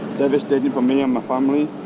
devastated for me and my family.